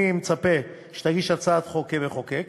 אני מצפה שתגיש הצעת חוק כמחוקק.